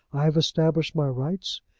i have established my rights,